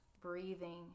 breathing